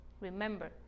remember